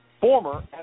former